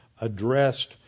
addressed